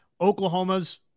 Oklahoma's